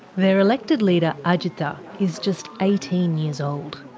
their elected leader agitda is just eighteen years old.